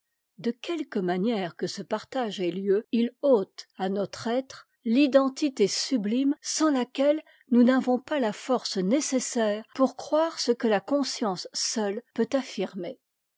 de quelque manière que ce partage ait lieu il ôte à notre être l'identité sublime sans laquelle nous n'avons pas la force nécessaire pour croire ce que la conscience seule peut affirmer